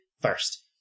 first